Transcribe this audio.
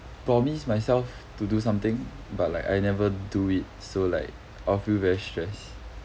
promise myself to do something but like I never do it so like I'll feel very stress